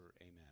Amen